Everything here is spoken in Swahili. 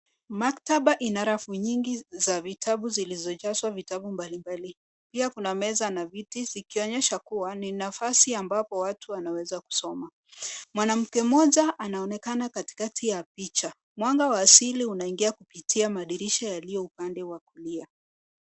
Maktaba ina rafu nyingi za vitabu zilizojazwa vitabu mbalimbali. Pia kuna meza na viti zikionyesha kuwa ni nafasi ambapo watu wanaweza kusoma. Mwanamke mmoja anaonekana katikati ya picha. Mwanga wa asili unaingia kupitia madirisha yaliyo upande wa kulia.